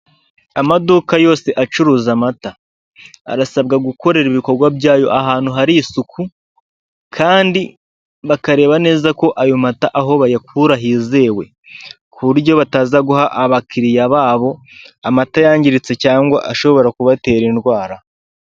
Amaduka yose acuruza amata, arasabwa gukorera ibikorwa byayo ahantu hari isuku kandi bakareba neza ko ayo mata aho bayakura hizewe, ku buryo bataza guha abakiriya babo amata yangiritse cyangwa ashobora kubatera indwara.